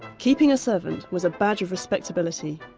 keeping a servant was a badge of respectability.